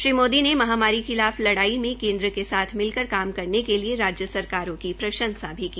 श्री मोदी ने महामारी खिलाफ लड़ाई में केन्द्र के साथ मिलकर काम करने के लिए राज्य सरकारों की प्रंशासा भी की